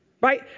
Right